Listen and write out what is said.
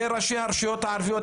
וראשי הרשויות הערביות,